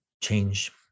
change